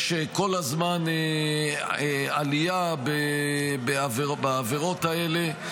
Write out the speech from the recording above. יש כל הזמן עלייה בעבירות האלה,